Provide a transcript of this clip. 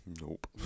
Nope